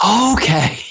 Okay